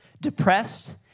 depressed